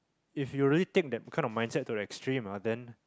if you already take that kind of mindset to the extreme ah then